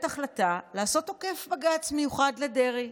החלטה לעשות עוקף בג"ץ מיוחד לדרעי,